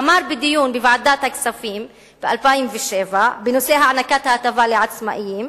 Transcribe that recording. אמר בדיון בוועדת הכספים ב-2007 בנושא הענקת ההטבה לעצמאים